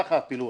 ככה הפילוח.